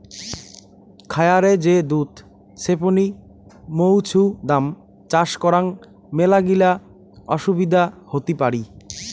খায়ারে যে দুধ ছেপনি মৌছুদাম চাষ করাং মেলাগিলা অসুবিধা হতি পারি